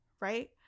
right